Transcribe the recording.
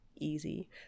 easy